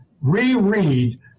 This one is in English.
Reread